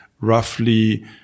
roughly